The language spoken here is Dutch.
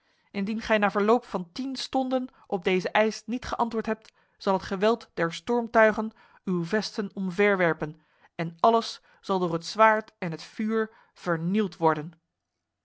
indien gij na verloop van tien stonden op deze eis niet geantwoord hebt zal het geweld der stormtuigen uw vesten omverwerpen en alles zal door het zwaard en het vuur vernield worden